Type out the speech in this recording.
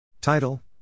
Title